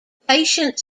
patient